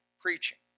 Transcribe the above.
preaching